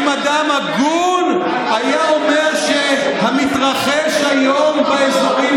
האם אדם הגון היה אומר שהמתרחש היום באזורים